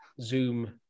zoom